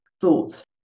thoughts